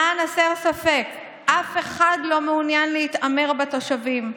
למען הסר ספק, אף אחד לא מעוניין להתעמר בתושבים,